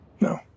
No